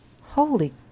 Holy